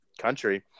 country